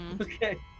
Okay